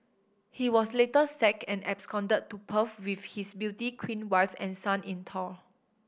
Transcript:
he was later sacked and absconded to Perth with his beauty queen wife and son in tow